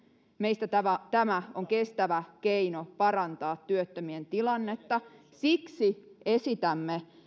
meistä tämä tämä on kestävä keino parantaa työttömien tilannetta siksi esitämme